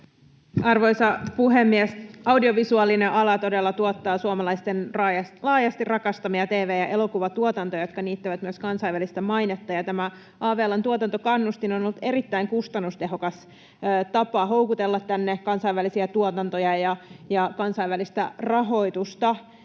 Arvoisa puhemies! Audiovisuaalinen ala todella tuottaa suomalaisten laajasti rakastamia tv- ja elokuvatuotantoja, jotka niittävät myös kansainvälistä mainetta, ja tämä av-alan tuotantokannustin on ollut erittäin kustannustehokas tapa houkutella tänne kansainvälisiä tuotantoja ja kansainvälistä rahoitusta.